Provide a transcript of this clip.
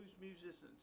musicians